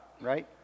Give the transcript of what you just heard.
right